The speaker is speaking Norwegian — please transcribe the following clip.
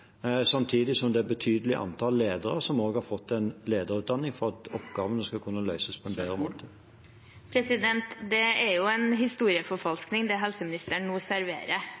en lederutdanning for at oppgavene skal kunne løses på en bedre måte. Det er en historieforfalskning, det helseministeren nå serverer,